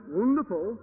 wonderful